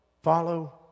Follow